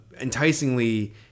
enticingly